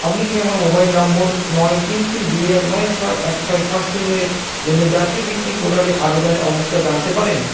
আপনি কি আমার মোবাইল নাম্বার নয় তিন তিন দুই এক নয় ছয় এক ছয় সাত শূন্যের জন্য জাতীয় বৃত্তি পোর্টালে আবেদনের অবস্থা জানতে পারেন